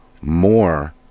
more